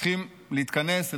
צריכים להתכנס,